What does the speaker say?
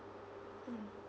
mm